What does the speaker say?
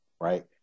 right